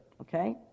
okay